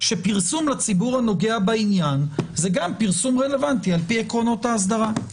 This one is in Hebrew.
שפרסום לציבור הנוגע בעניין הוא גם פרסום רלוונטי על פי עקרונות האסדרה.